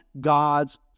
god's